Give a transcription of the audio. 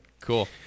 cool